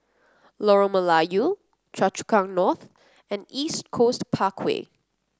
Lorong Melayu Choa Chu Kang North and East Coast Parkway